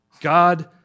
God